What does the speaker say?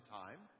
time